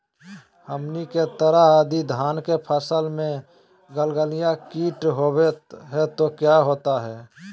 हमनी के तरह यदि धान के फसल में गलगलिया किट होबत है तो क्या होता ह?